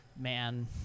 Man